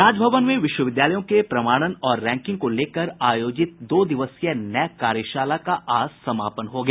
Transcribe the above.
राजभवन में विश्वविद्यालयों के प्रमाणन और रैकिंग को लेकर आयोजित दो दिवसीय नैक कार्यशाला का आज समापन हो गया